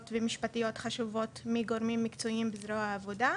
ומשפטיות חשובות מגורמים מקצועיים בזרוע העבודה.